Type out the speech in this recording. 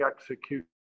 execution